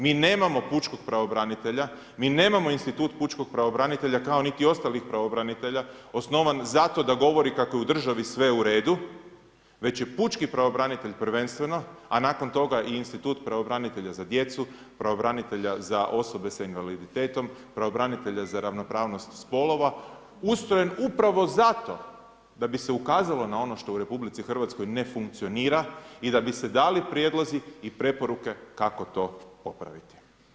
Mi nemamo pučkog pravobranitelja, mi nemao institut pučkog pravobranitelja, kao niti ostalih pravobranitelja, osnovan zato da govori kako je u državi sve u redu, već je pučki pravobranitelj prvenstveno, a nakon toga i institut pravobranitelja za djecu, pravobranitelja za osobe s invaliditetom, pravobranitelja za ravnopravnost spolova, ustrojen upravo zato da bi se ukazalo na ono što u RH ne funkcionira i da bi se dali prijedlozi i preporuke kako to popraviti.